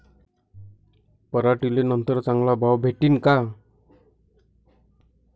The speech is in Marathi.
पराटीले नंतर चांगला भाव भेटीन का?